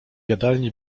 jadalni